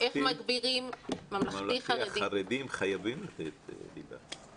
בממלכתי החרדים חייבים לתת ליבה.